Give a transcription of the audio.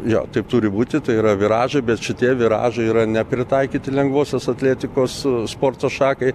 jo taip turi būti tai yra viražai bet šitie viražai yra nepritaikyti lengvosios atletikos sporto šakai